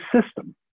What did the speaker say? system